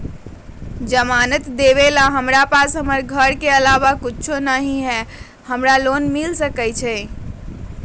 जमानत देवेला हमरा पास हमर घर के अलावा कुछो न ही का हमरा लोन मिल सकई ह?